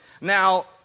Now